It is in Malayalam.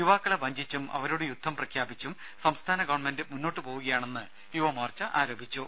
യുവാക്കളെ വഞ്ചിച്ചും അവരോട് യുദ്ധം പ്രഖ്യാപിച്ചും സംസ്ഥാന ഗവൺമെന്റ് മുന്നോട്ടു പോവുകയാണെന്ന് യുവമോർച്ച ആരോപിച്ചു